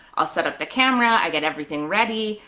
i'll set up the camera, i get everything ready,